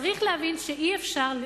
צריך להבין שאי-אפשר,